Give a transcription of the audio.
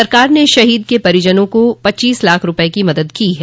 सरकार ने शहीद के परिजनों को पच्चीस लाख रूपये की मदद की है